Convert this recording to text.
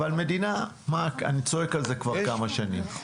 אני צועק על זה כבר כמה שנים.